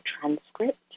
transcript